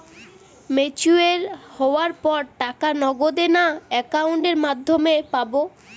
Mature হওয়ার পর টাকা নগদে না অ্যাকাউন্টের মাধ্যমে পাবো?